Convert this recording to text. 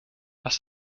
was